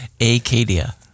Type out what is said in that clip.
Acadia